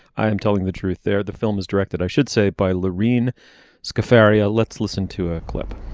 i am telling the truth there. the film is directed i should say by loriene scarf area. let's listen to a clip.